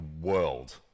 world